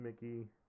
Mickey